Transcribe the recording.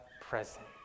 present